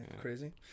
crazy